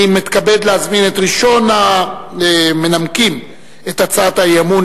אני מתכבד להזמין את ראשון המנמקים את הצעת האי-אמון,